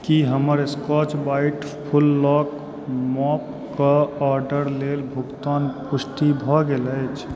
की हमर Scotch Brite फुटलॉक mop कऽ ऑर्डर लेल भुगतानक पुष्टि भऽ गेल अछि